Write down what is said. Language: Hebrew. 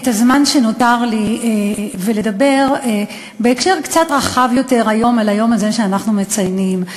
את הזמן שנותר לי ולדבר בהקשר קצת יותר רחב על היום הזה שאנחנו מציינים.